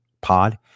pod